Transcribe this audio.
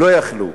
לא יכלו.